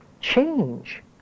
change